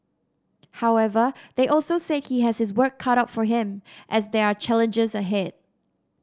however they also said he has his work cut out for him as there are challenges ahead